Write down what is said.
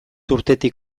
urtetik